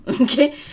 okay